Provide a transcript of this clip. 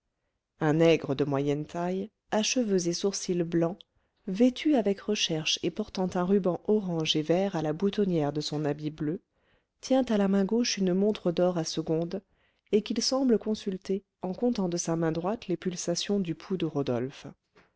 un nègre de moyenne taille à cheveux et sourcils blancs vêtu avec recherche et portant un ruban orange et vert à la boutonnière de son habit bleu tient à la main gauche une montre d'or à secondes et qu'il semble consulter en comptant de sa main droite les pulsations du pouls de rodolphe